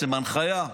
הנחיה,